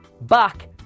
back